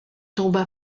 tomba